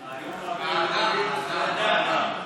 האדם, האדם.